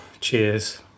Cheers